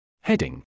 Heading